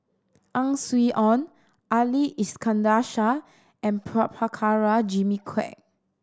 Ang Swee Aun Ali Iskandar Shah and Prabhakara Jimmy Quek